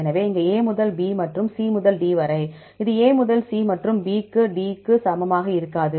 எனவே இங்கே A முதல் B மற்றும் C முதல் D வரை இது A முதல் C மற்றும் B க்கு D க்கு சமமாக இருக்காது